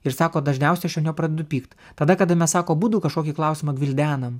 ir sako dažniausia aš ant jo pradedu pykt tada kada mes sako abudu kažkokį klausimą gvildenam